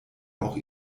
auch